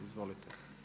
Izvolite.